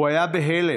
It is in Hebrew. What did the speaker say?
הוא היה בהלם,